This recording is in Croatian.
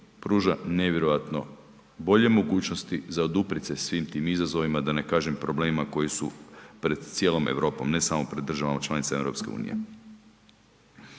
pruža nevjerojatno bolje mogućnosti za oduprijet se svim tim izazovima da ne kažem problemima koji su pred cijelom Europom, ne samo pred državama članica EU.